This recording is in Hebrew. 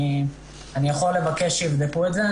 אני יכול לבקש שיבדקו את זה.